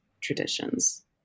traditions